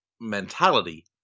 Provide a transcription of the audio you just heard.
mentality